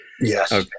yes